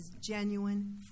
genuine